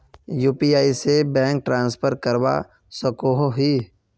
UPI से bank transfer करवा सकोहो ही?